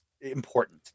important